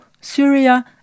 Syria